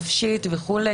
נפשית וכו',